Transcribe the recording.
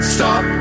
Stop